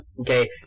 Okay